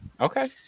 okay